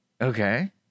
Okay